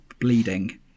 Bleeding